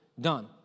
done